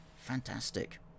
Fantastic